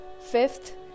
Fifth